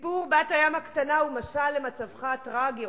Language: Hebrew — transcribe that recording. סיפור בת הים הקטנה הוא משל למצבך הטרגי,